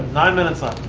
nine minutes left.